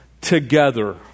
together